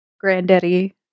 Granddaddy